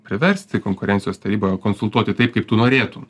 priversti konkurencijos tarybą konsultuoti taip kaip tu norėtum